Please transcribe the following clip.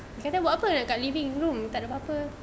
dia kata buat apa kat living room takde apa [pe]